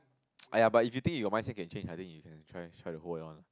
!aiya! but if you think your mindset can change I think you can try try to hold her on